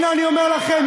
הנה אני אומר לכם,